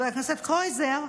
חבר הכנסת קרויזר,